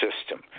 system